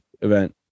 event